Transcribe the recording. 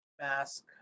mask